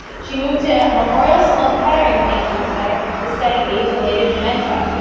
she moved to memorial sloan kettering cancer center to study aids-related dementia.